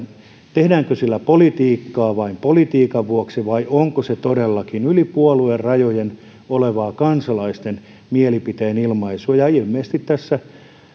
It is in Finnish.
tehdäänkö sillä politiikkaa vain politiikan vuoksi vai onko se todellakin yli puoluerajojen olevaa kansalaisten mielipiteen ilmaisua ja ilmeisesti tässä